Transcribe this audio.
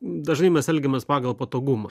dažnai mes elgiamės pagal patogumą